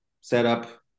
setup